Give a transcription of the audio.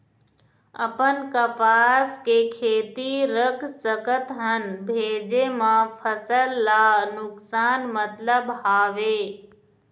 अपन कपास के खेती रख सकत हन भेजे मा फसल ला नुकसान मतलब हावे?